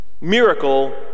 miracle